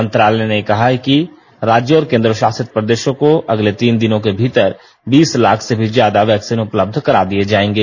मंत्रालय ने कहा है कि राज्यों और केन्द्र शासित प्रदेशों को अगले तीन दिनों के भीतर बीस लाख से भी ज्यादा वैक्सीन उपलब्ध करा दी जाएंगी